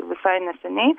visai neseniai